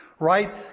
right